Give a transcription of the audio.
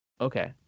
Okay